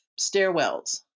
stairwells